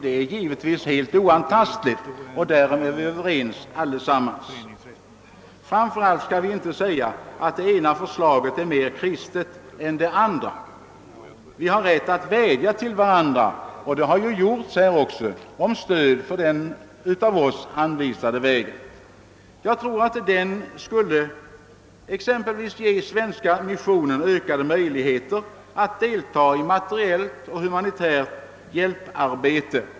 Detta är givetvis helt oantastligt, och därom är vi alla ense. Framför allt skall vi inte säga att det ena förslaget är mer kristet än det andra. Vi har rätt att vädja till varandra — och det har gjorts här — om stöd för den av oss anvisade vägen. Jag tror att man skulle ge t.ex. den svenska missionen ökade möjligheter att delta i materiellt och humanitärt hjälparbete.